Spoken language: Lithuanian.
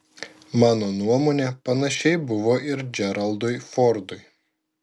mano nuomone panašiai buvo ir džeraldui fordui